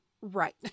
Right